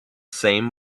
same